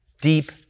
deep